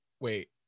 wait